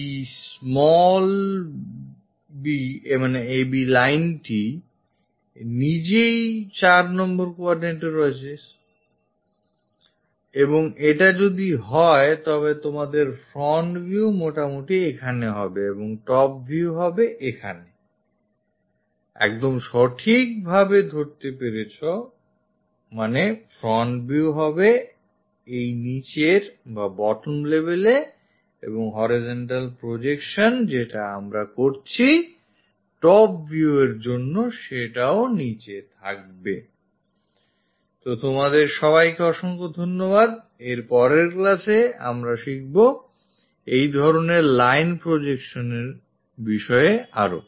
এই b লাইনটি নিজেই 4 নম্বরquadrant এ রয়েছেI এবং এটা যদি হয় তবে তোমাদের ফ্রন্ট ভিউ মোটামুটি এখানে হবে এবং টপ ভিউ হবে এখানেI একদম সঠিক ভাবে ধরতে পেরেছ ফ্রন্ট ভিউ হবে এই নিচের বাbottom level এ এবং horizontal projection যেটা আমরা করছিtop view এর জন্য সেটাও নিচে থাকবেI তো তোমাদের সবাইকে অসংখ্য ধন্যবাদI এরপরের ক্লাসে আমরা শিখব এই ধরনের লাইন porojections এর বিষয়েI